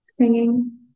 singing